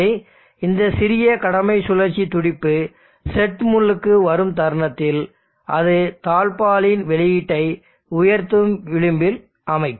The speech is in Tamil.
எனவே இந்த சிறிய கடமை சுழற்சி துடிப்பு செட் முள்ளுக்கு வரும் தருணத்தில் அது தாழ்ப்பாளின் வெளியீட்டை உயர்த்தும் விளிம்பில் அமைக்கும்